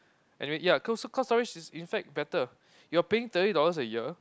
anyway ya cloud storage is in fact better you're paying thirty dollars a year